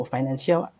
Financial